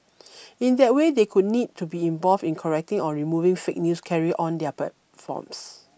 in that way they could need to be involved in correcting or removing fake news carried on their platforms